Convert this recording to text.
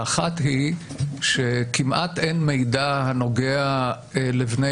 האחת היא שכמעט אין מידע הנוגע לבני